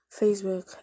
Facebook